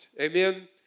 Amen